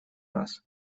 раз